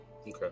Okay